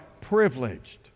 privileged